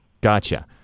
Gotcha